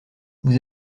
vous